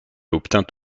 obtint